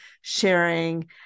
sharing